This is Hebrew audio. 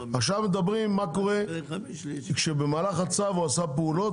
עכשיו מדברים מה קורה כשבמהלך הצו הוא עשה פעולות,